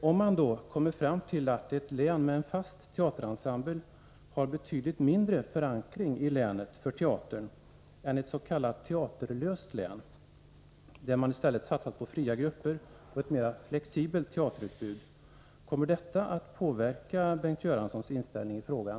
Om man då kommer fram till att ett län med en fast teaterensemble har betydligt mindre förankring i länet för teatern än ett s.k. teaterlöst län, där man i stället satsat på fria grupper och ett mera flexibelt teaterutbud — kommer detta då att påverka Bengt Göranssons inställning i frågan?